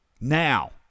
Now